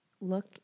Look